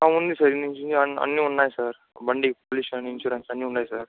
ఉంది సార్ నిజంగా అన్ని ఉన్నాయి సార్ బండి పొల్యూషన్ ఇన్స్యూరెన్స్ అన్ని ఉన్నాయి సార్